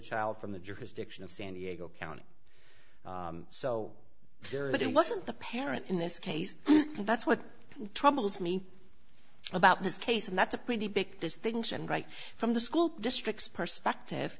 child from the jurisdiction of san diego county so that it wasn't the parent in this case that's what troubles me about this case and that's a pretty big distinction right from the school district's perspective